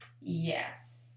Yes